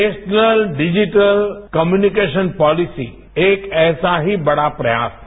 national digital communication policy एक ऐसा ही बड़ा प्रयास था